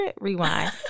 rewind